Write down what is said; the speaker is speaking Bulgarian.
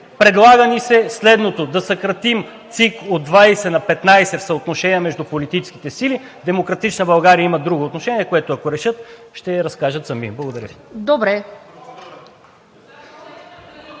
Предлага ни се следното: да съкратим ЦИК от 20 на 15 в съотношение между политическите сили. „Демократична България“ има друго отношение, което, ако решат, ще разкажат сами. Благодаря